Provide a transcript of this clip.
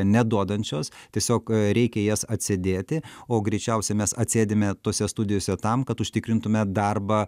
neduodančios tiesiog reikia jas atsėdėti o greičiausiai mes atsėdime tose studijose tam kad užtikrintume darbą